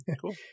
cool